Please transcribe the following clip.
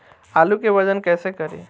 आलू के वजन कैसे करी?